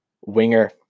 winger